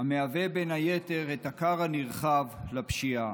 המהווה בין היתר את הכר הנרחב לפשיעה.